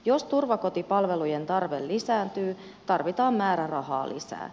jos turvakotipalvelujen tarve lisääntyy tarvitaan määrärahaa lisää